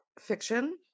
fiction